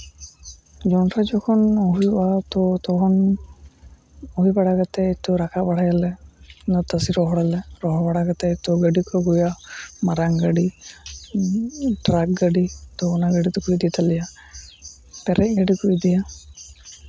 ᱡᱚᱱᱰᱨᱟ ᱡᱚᱠᱷᱚᱱ ᱦᱩᱭᱩᱜᱼᱟ ᱛᱚ ᱛᱚᱠᱷᱚᱱ ᱦᱩᱭ ᱵᱟᱲᱟ ᱠᱟᱛᱮ ᱛᱚ ᱨᱟᱠᱟᱵ ᱵᱟᱲᱟᱭᱟᱞᱮ ᱢᱟᱱᱮ ᱛᱟᱥᱮ ᱨᱚᱦᱚᱲᱟᱞᱮ ᱨᱚᱦᱚᱲ ᱵᱟᱲᱟ ᱠᱟᱛᱮ ᱛᱚ ᱜᱟᱹᱰᱤ ᱠᱚ ᱟᱹᱜᱩᱭᱟ ᱢᱟᱨᱟᱝ ᱜᱟᱹᱰᱤ ᱴᱨᱟᱠ ᱜᱟᱹᱰᱤ ᱛᱚ ᱚᱱᱟ ᱜᱟᱹᱰᱤ ᱛᱮᱠᱚ ᱤᱫᱤ ᱛᱟᱞᱮᱭᱟ ᱯᱮᱨᱮᱡ ᱜᱟᱹᱰᱤ ᱠᱚ ᱤᱫᱤᱭᱟ